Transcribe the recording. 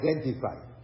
identify